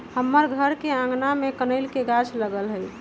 हमर घर के आगना में कनइल के गाछ लागल हइ